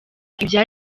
ibyo